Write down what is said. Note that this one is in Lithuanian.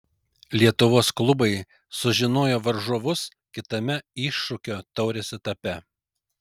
lietuvos klubai sužinojo varžovus kitame iššūkio taurės etape